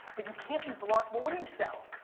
but you can't be blunt, well what do you sell?